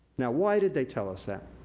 now, why did they tell us that?